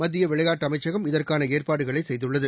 மத்தியவிளையாட்டுஅமைச்சகம் இதற்கானஏற்பாடுகளைசெய்துள்ளது